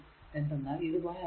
എന്തെന്നാൽ ഇത് വയർ ആണ്